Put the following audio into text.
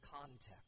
context